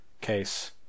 case